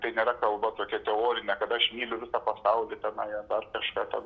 tai nėra kalba tokia teorinė kad aš myliu visą pasaulį tenai ar dar kažką ten